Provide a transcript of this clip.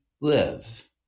live